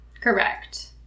Correct